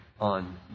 on